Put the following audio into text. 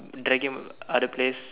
drag him other place